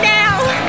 now